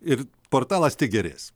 ir portalas tik gerės